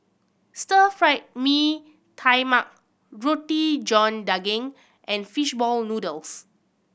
Stir Fried Mee Tai Mak Roti John Daging and fish ball noodles